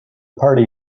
party